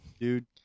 dude